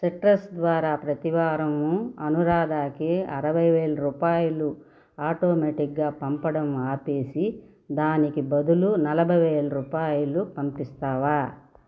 citrus ద్వారా ప్రతి వారము అనురాధాకి అరవై వేల రూపాయలు ఆటోమేటిక్గా పంపడం ఆపేసి దానికి బదులు నాలభై వేల రూపాయలు పంపిస్తావా